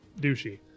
douchey